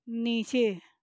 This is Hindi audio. नीचे